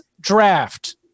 draft